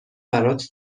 برات